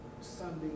Sunday